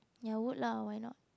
ya I would lah why not